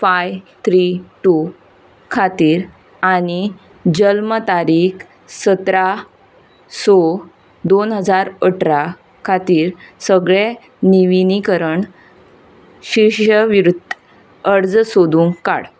five three two खातीर आनी जल्म तारीक सतरा सो दोन हजार अठरा खातीर सगळें निविनीकरण शिश्यविरूत अर्ज सोदूं काड